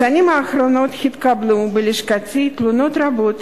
בשנים האחרונות התקבלו בלשכתי תלונות רבות,